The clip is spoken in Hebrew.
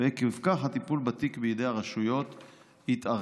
עקב כך הטיפול בתיק בידי הרשויות התמשך.